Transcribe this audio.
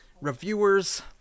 Reviewers